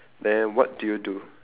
then what do you do